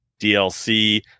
DLC